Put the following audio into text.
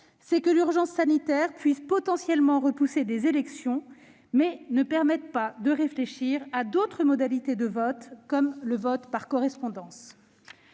c'est que l'urgence sanitaire puisse potentiellement repousser des élections, mais ne permette pas de réfléchir à d'autres modalités de vote comme le vote par correspondance.